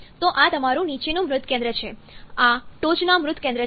તો આ તમારું નીચેનું મૃત કેન્દ્ર છે આ ટોચના મૃત કેન્દ્ર છે